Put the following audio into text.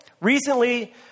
Recently